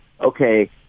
okay